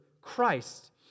Christ